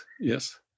Yes